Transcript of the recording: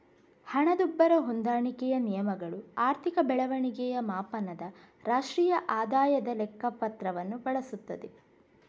ಹಣದುಬ್ಬರ ಹೊಂದಾಣಿಕೆಯ ನಿಯಮಗಳು ಆರ್ಥಿಕ ಬೆಳವಣಿಗೆಯ ಮಾಪನದ ರಾಷ್ಟ್ರೀಯ ಆದಾಯದ ಲೆಕ್ಕ ಪತ್ರವನ್ನು ಬಳಸುತ್ತದೆ